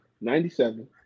ninety-seven